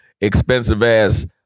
expensive-ass